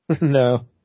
No